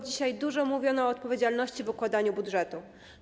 Dzisiaj dużo mówiono o odpowiedzialności w układaniu budżetu.